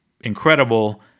incredible